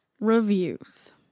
reviews